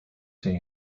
see